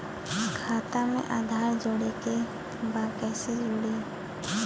खाता में आधार जोड़े के बा कैसे जुड़ी?